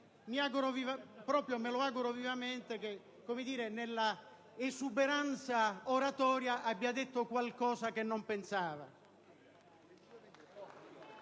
Mi auguro vivamente che nell'esuberanza oratoria abbia detto qualcosa che non pensava.